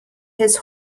his